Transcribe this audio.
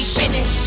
finish